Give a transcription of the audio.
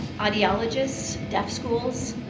audiologists, deaf schools.